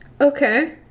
okay